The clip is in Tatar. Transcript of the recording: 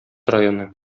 районы